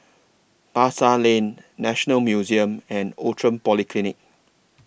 Pasar Lane National Museum and Outram Polyclinic